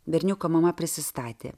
berniuko mama prisistatė